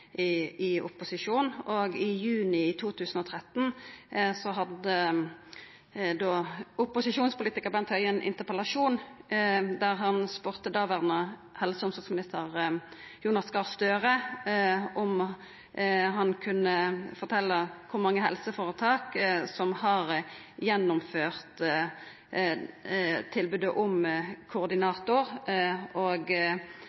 opposisjon. I juni 2013 hadde opposisjonspolitikar Bent Høie ein interpellasjon der han spurde daverande helse- og omsorgsminister Jonas Gahr Støre om han kunne fortelja kor mange helseføretak som hadde gjennomført tilbodet om